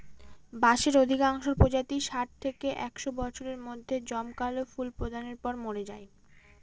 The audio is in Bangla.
বাঁশের অধিকাংশ প্রজাতিই ষাট থেকে একশ বছরের মধ্যে জমকালো ফুল প্রদানের পর মরে যায়